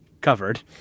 covered